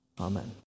Amen